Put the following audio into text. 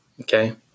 okay